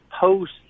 post